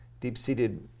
deep-seated